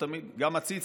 גם עציץ